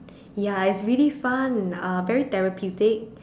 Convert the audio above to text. ya it's really fun uh very therapeutic